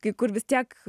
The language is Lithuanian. kai kur vis tiek